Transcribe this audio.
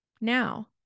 now